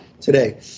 Today